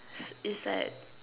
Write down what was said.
it's at